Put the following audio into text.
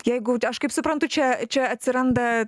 jeigu kaip suprantu čia čia atsiranda